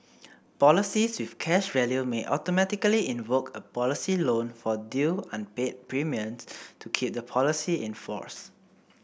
policies with cash value may automatically invoke a policy loan for due unpaid premiums to keep the policy in force